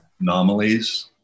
Anomalies